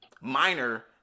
minor